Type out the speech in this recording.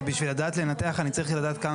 כי בשביל לדעת לנתח אני צריך לדעת כמה